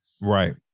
Right